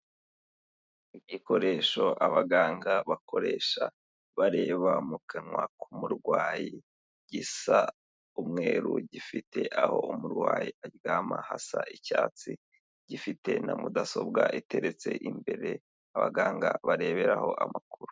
Igikoresho abaganga bakoresha bareba mu kanwa k'umurwayi, gisa umweru, gifite aho umurwayi aryama hasa icyatsi, gifite na mudasobwa iteretse imbere abaganga bareberaho amakuru.